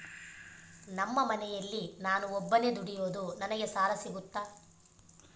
ನಮ್ಮ ಮನೆಯಲ್ಲಿ ನಾನು ಒಬ್ಬನೇ ದುಡಿಯೋದು ನನಗೆ ಸಾಲ ಸಿಗುತ್ತಾ?